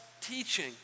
teaching